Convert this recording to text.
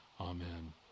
Amen